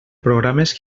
programes